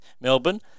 Melbourne